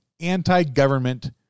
anti-government